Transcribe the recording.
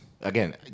Again